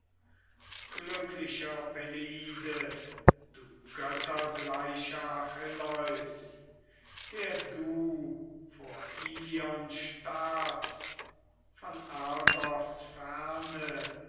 glücklicher peleide du göttergleicher achilleus der du vor ilion starbst von argos ferne